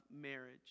marriage